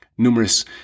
numerous